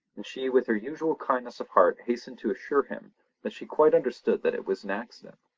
and she with her usual kindness of heart hastened to assure him that she quite understood that it was an accident.